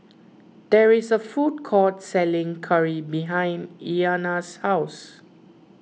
there is a food court selling curry behind Iyanna's house